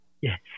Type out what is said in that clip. Yes